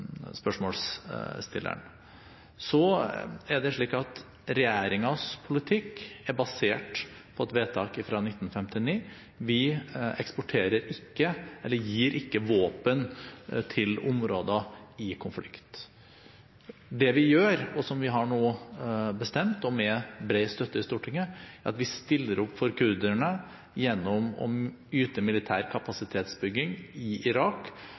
spørsmålsstilleren. Regjeringens politikk er basert på et vedtak fra 1959. Vi eksporterer ikke – eller gir ikke – våpen til områder i konflikt. Det vi gjør, som vi nå har bestemt, med bred støtte i Stortinget, er at vi stiller opp for kurderne gjennom å yte militær kapasitetsbygging i Irak